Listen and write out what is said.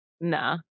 Nah